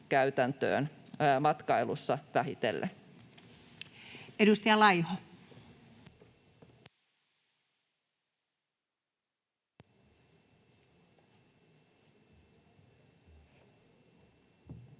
matkailussa vähitellen. Edustaja Laiho. Arvoisa